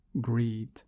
greed